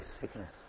sickness